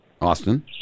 austin